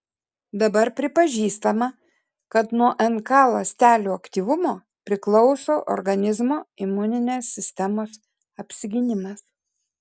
dabar pripažįstama kad nuo nk ląstelių aktyvumo priklauso organizmo imuninės sistemos apsigynimas